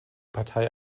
partei